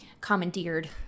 commandeered